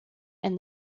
and